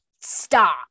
stop